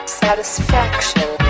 satisfaction